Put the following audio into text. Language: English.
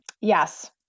Yes